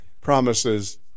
promises